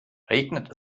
regnet